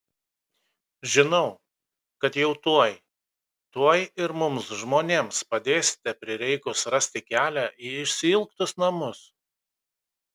žinau kad jau tuoj tuoj ir mums žmonėms padėsite prireikus rasti kelią į išsiilgtus namus